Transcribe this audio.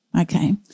okay